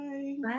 Bye